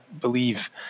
believe